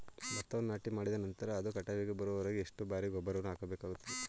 ಭತ್ತವನ್ನು ನಾಟಿಮಾಡಿದ ನಂತರ ಅದು ಕಟಾವಿಗೆ ಬರುವವರೆಗೆ ಎಷ್ಟು ಬಾರಿ ಗೊಬ್ಬರವನ್ನು ಹಾಕಬೇಕಾಗುತ್ತದೆ?